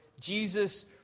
Jesus